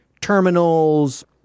terminals